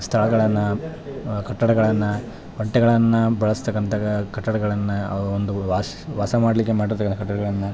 ಸ್ಥಳಗಳನ್ನು ಕಟ್ಟಡಗಳನ್ನು ಒಂಟೆಗಳನ್ನು ಬಳಸ್ತಕ್ಕಂಥ ಕಟ್ಟಡಗಳನ್ನು ಒಂದು ವಾಸ್ ವಾಸ ಮಾಡಲ್ಲಿಕ್ಕೆ ಮಾಡಿರ್ತಕ್ಕಂಥ ಕಟ್ಟಡಗಳನ್ನು